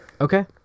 Okay